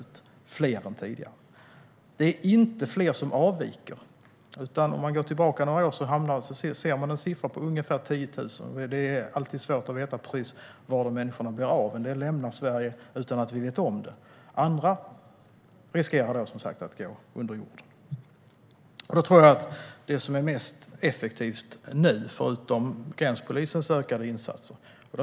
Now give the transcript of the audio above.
Det är fler än tidigare. Det är inte fler som avviker. Om man går tillbaka några år ser man en siffra på ungefär 10 000. Det är alltid svårt att veta vart dessa människor tar vägen. En del lämnar Sverige utan att vi vet om det. Andra riskerar, som sagt, att gå under jorden. En av de saker som nu är mest effektiva är gränspolisens ökade insatser.